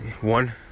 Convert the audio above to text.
one